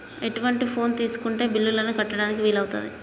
ఎటువంటి ఫోన్ తీసుకుంటే బిల్లులను కట్టడానికి వీలవుతది?